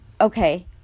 okay